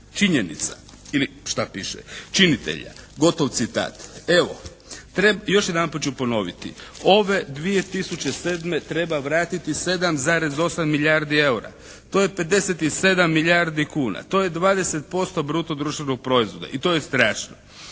činjenica ili šta piše, činitelja." Gotov citat. Evo, još jedanput ću ponoviti. Ove 2007. treba vratiti 7,8 milijardi eura. To je 57 milijardi kuna. To je 20% bruto društvenog proizvoda i to je strašno.